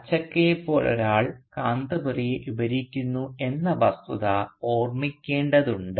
അച്ചക്കയെപ്പോലൊരാൾ കാന്തപുരയെ വിവരിക്കുന്നു എന്ന വസ്തുത ഓർമിക്കേണ്ടതുണ്ട്